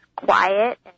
quiet